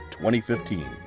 2015